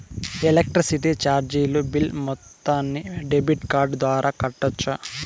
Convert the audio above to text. Electricity చార్జీలు bill మొత్తాన్ని debit card ద్వారా కట్టొచ్చా?